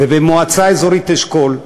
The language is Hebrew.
ובמועצה האזורית אשכול,